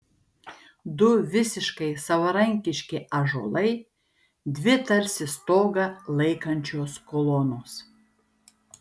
du visiškai savarankiški ąžuolai dvi tarsi stogą laikančios kolonos